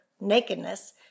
nakedness